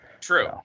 True